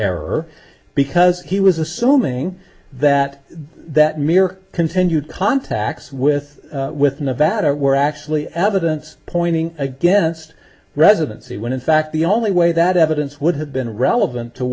error because he was assuming that that mirror to contacts with with nevada were actually evidence pointing against residency when in fact the only way that evidence would have been relevant to